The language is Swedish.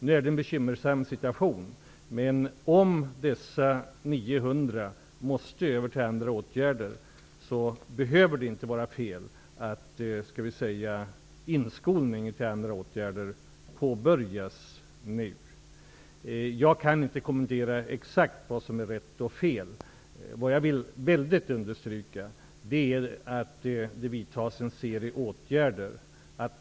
Nu har vi en bekymmersam situation. Men om dessa 900 skall gå över till andra åtgärder, behöver det inte vara fel att inskolning till andra åtgärder påbörjas nu. Jag kan inte kommentera exakt vad som är rätt och fel. Jag vill dock understryka kraftigt att det vidtas en serie åtgärder.